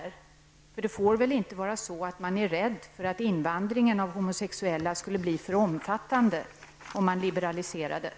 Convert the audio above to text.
Det är väl inte så att man är rädd för att invandringen av homosexuella skulle bli för omfattande om man genomförde en liberalisering?